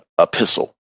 epistle